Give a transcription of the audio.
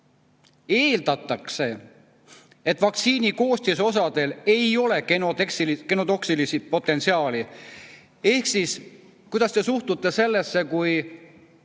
Eeldatakse, et vaktsiini koostisosadel ei ole genotoksilist potentsiaali." Ehk siis, kuidas te suhtute sellesse, kui